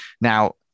Now